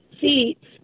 seats